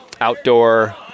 outdoor